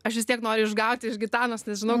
aš vis tiek noriu išgauti iš gitanos nes žinau